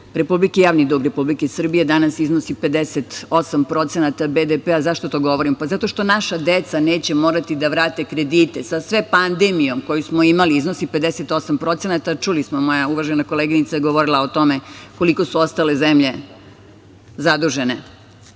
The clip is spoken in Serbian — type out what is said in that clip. Republike, javni dug Republike Srbije danas iznosi 58% BDP-a. Zašto to govorim? Zato što naša deca neće morati da vrate kredite. Sa sve pandemijom koju smo imali iznosi 58%. Čuli smo, moja uvažena koleginica je govorila o tome, koliko su ostale zemlje zadužene.